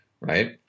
right